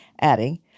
adding